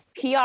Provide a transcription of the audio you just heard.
PR